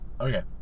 Okay